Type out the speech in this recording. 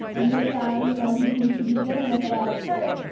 and this guy, you know, he seems to be dealing with a lot of hurt,